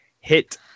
hit